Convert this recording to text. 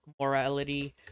morality